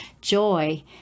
Joy